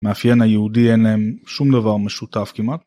מאפיין היהודי אין להם שום דבר משותף כמעט.